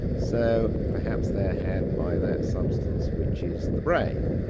so perhaps they're had by that substance which is the brain.